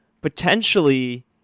potentially